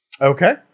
Okay